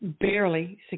barely